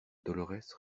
dolorès